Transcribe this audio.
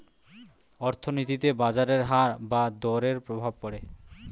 অর্থনীতিতে বাজারের হার বা দরের প্রভাব পড়ে